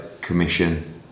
Commission